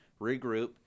regroup